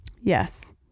Yes